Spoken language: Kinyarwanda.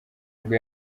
bwo